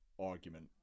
argument